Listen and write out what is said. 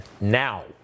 now